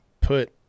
put